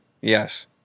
Yes